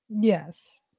yes